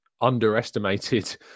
underestimated